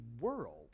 world